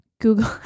Google